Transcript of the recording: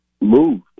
moved